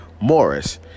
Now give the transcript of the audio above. Morris